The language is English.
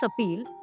appeal